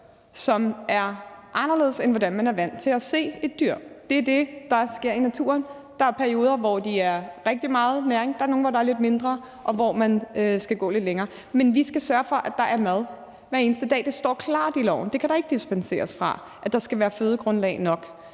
som er anderledes, end hvordan man er vant til at se et dyr. Det er det, der sker i naturen. Der er perioder, hvor der er rigtig meget næring, og der er nogle, hvor der er lidt mindre, og hvor man skal gå lidt længere. Men vi skal sørge for, at der er mad hver eneste dag. Det står klart i loven. Der kan ikke dispenseres fra, at der skal være tilstrækkeligt